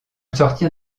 sortir